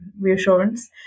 reassurance